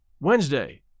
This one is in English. Wednesday